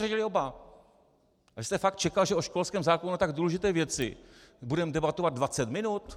Vy jste fakt čekal, že o školském zákonu, o tak důležité věci, budeme debatovat dvacet minut?